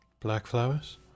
Blackflowers